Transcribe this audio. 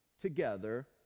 together